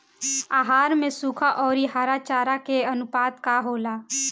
आहार में सुखा औरी हरा चारा के आनुपात का होला?